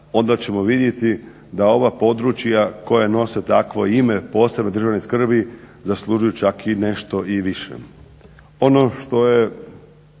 onda ćemo vidjeti da ova područja koja nose takvo ime posebne državne skrbi zaslužuju čak i nešto i više.